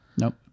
Nope